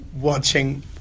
watching